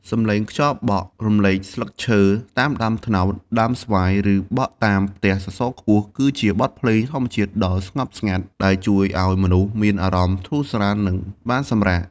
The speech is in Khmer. សំឡេងខ្យល់បក់រំលែកស្លឹកឈើតាមដើមត្នោត ដើមស្វាយ ឬបក់តាមផ្ទះសសរខ្ពស់ គឺជាបទភ្លេងធម្មជាតិដ៏ស្ងប់ស្ងាត់ ដែលជួយឱ្យមនុស្សមានអារម្មណ៍ធូរស្រាល និងបានសម្រាក។